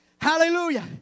hallelujah